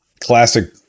classic